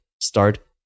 start